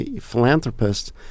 philanthropists